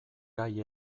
gai